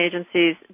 agencies